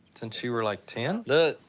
since you were, like, ten? look,